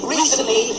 Recently